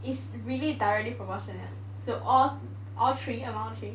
it's really directly proportionate to all three and all three